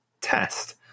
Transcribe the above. test